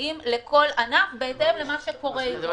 ייחודיים לכל ענף בהתאם למה שקורה אתו